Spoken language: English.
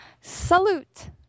Salute